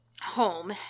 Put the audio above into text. home